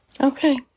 Okay